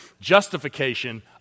justification